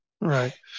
right